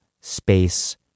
space